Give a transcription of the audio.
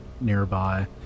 nearby